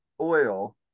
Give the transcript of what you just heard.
oil